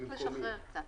צריך לשחרר קצת.